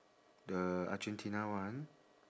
the argentina one